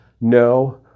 no